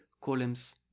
columns